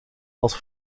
als